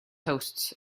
hosts